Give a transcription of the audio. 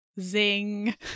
Zing